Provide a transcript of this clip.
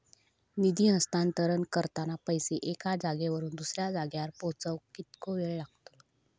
निधी हस्तांतरण करताना पैसे एक्या जाग्यावरून दुसऱ्या जाग्यार पोचाक कितको वेळ लागतलो?